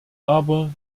aber